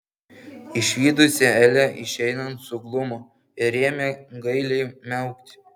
išvydusi elę išeinant suglumo ir ėmė gailiai miaukti